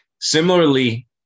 Similarly